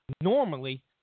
Normally